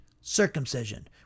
circumcision